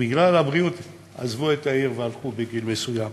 בגלל הבריאות עזבו את העיר והלכו בגיל מסוים